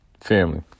Family